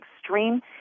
extreme